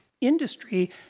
industry